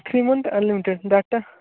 three month unlimited data